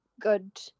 good